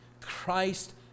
Christ